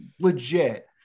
legit